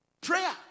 Prayer